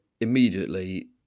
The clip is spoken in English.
Immediately